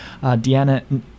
Deanna